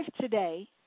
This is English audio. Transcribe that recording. today